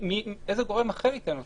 איזה גורם אחר ייתן אותם?